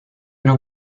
non